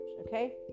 okay